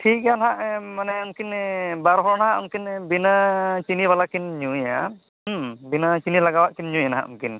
ᱴᱷᱤᱠ ᱜᱮᱭᱟ ᱦᱟᱸᱜ ᱢᱟᱱᱮ ᱩᱱᱠᱤᱱ ᱵᱟᱨ ᱦᱚᱲ ᱦᱟᱸᱜ ᱩᱱᱠᱤᱱ ᱵᱤᱱᱟᱹ ᱪᱤᱱᱤ ᱵᱟᱞᱟ ᱠᱤᱱ ᱧᱩᱭᱟ ᱦᱮᱸ ᱵᱤᱱᱟᱹ ᱪᱤᱱᱤ ᱞᱟᱜᱟᱣᱟᱜ ᱠᱤᱱ ᱧᱩᱭᱟ ᱦᱟᱸᱜ ᱩᱱᱠᱤᱱ